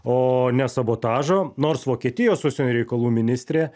o ne sabotažo nors vokietijos užsienio reikalų ministrė